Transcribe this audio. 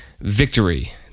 victory